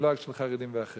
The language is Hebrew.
ולא רק של חרדים ואחרים.